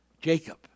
Jacob